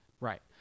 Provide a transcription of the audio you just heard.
Right